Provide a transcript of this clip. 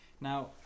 Now